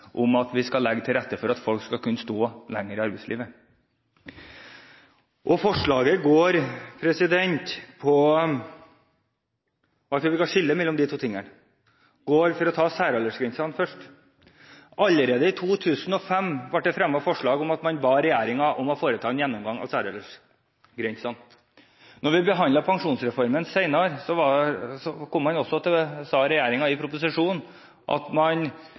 om at vi skal legge til rette for at folk skal kunne stå lenger i arbeidslivet. Forslaget går på to ting som vi kan skille mellom. For å ta særaldersgrensene først: Allerede i 2005 ble det fremmet forslag der man ba regjeringen foreta en gjennomgang av særaldersgrensene. Da vi senere behandlet pensjonsreformen, sa regjeringen i proposisjonen at man hadde gode grunner for å foreta en gjennomgang, og at man